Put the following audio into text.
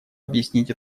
объяснить